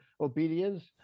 obedience